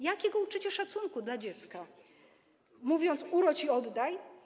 Jakiego uczycie szacunku dla dziecka, mówiąc: urodź i oddaj?